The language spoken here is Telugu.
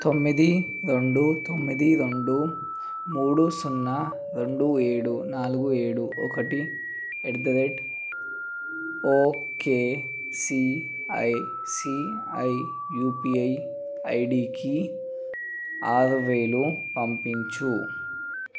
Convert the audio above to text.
తొమ్మిది రెండు తొమ్మిది రెండు మూడు సున్నా రెండు ఏడు నాలుగు ఏడు ఒకటి at the rate okay ICICI UPI ఐడికి ఆరు వేలు పంపించు